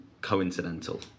coincidental